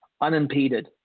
unimpeded